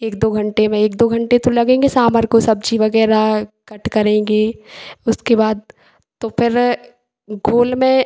एक दो घंटे में एक दो घंटे तो लगेंगे ही सांभर को सब्ज़ी वग़ैरह कट करेंगे उसके बाद तो फिर घोल में